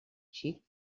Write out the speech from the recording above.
xic